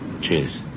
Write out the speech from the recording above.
Cheers